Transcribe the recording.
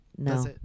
No